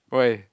why